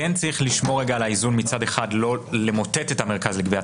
כן צריך לשמור רגע על האיזון מצד אחד לא למוטט את המרכז לגביית